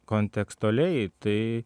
kontekstualiai tai